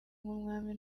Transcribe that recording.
nk’umwami